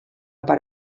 part